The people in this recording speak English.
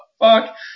fuck